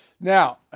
Now